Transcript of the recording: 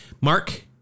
Mark